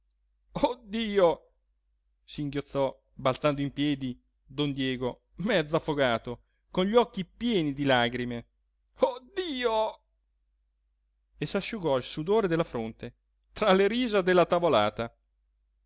dio singhiozzò balzando in piedi don diego mezzo affogato con gli occhi pieni di lagrime oh dio e s'asciugò il sudore della fronte tra le risa della tavolata